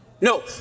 No